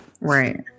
Right